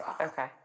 Okay